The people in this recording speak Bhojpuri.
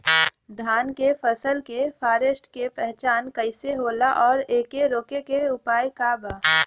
धान के फसल के फारेस्ट के पहचान कइसे होला और एके रोके के उपाय का बा?